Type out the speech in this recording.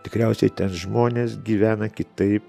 tikriausiai ten žmonės gyvena kitaip